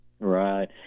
Right